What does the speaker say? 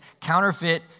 counterfeit